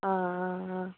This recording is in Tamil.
ஆ ஆ ஆ